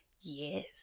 Yes